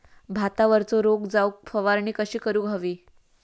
भातावरचो रोग जाऊक फवारणी कशी करूक हवी?